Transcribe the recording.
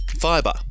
fiber